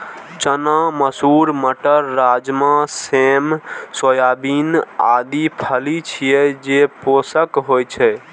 चना, मसूर, मटर, राजमा, सेम, सोयाबीन आदि फली छियै, जे पोषक होइ छै